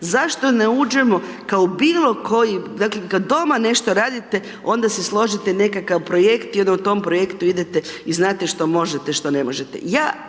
zašto ne uđemo kao u bilo koji, dakle kad doma nešto radite onda si složite nekakav projekt i onda u tom projektu idete i znate što možete, što ne možete.